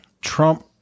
Trump